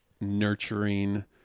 nurturing